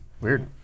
Weird